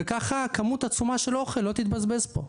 וכך כמות עצומה של אוכל לא תתבזבז פה.